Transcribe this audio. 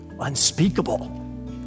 unspeakable